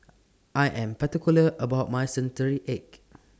I Am particular about My Century Egg